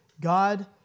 God